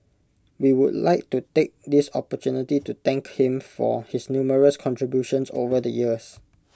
we would like to take this opportunity to thank him for his numerous contributions over the years